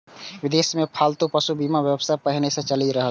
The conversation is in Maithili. विदेश मे पालतू पशुक बीमा व्यवसाय पहिनहि सं चलि रहल छै